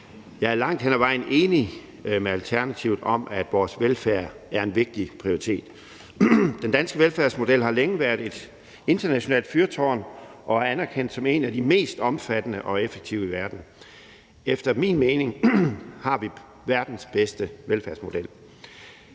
Jeg er langt hen ad vejen enig med Alternativet om, at vores velfærd er en vigtig prioritet. Den danske velfærdsmodel har længe været et internationalt fyrtårn og er anerkendt som en af de mest omfattende og effektive i verden. Efter min mening har vi verdens bedste velfærdsmodel.